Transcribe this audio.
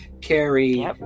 Carrie